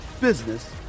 business